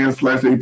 slash